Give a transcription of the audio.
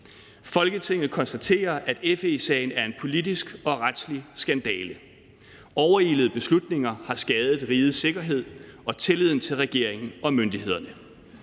»Folketinget konstaterer, at FE-sagen er en politisk og retslig skandale. Overilede beslutninger har skadet rigets sikkerhed og tilliden til regeringen og myndighederne.